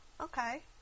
Okay